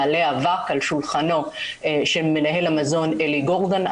מעלה אבק על שולחנו של מנהל המזון אלי גורדון.